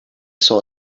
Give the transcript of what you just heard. saw